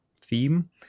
Theme